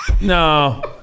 No